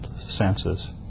senses